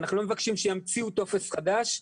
אנחנו לא מבקשים שימציאו טופס חדש,